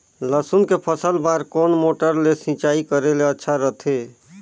लसुन के फसल बार कोन मोटर ले सिंचाई करे ले अच्छा रथे?